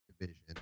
division